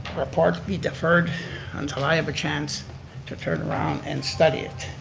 report be deferred until i have a chance to turn around and study it.